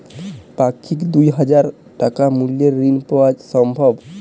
পাক্ষিক দুই হাজার টাকা মূল্যের ঋণ পাওয়া সম্ভব?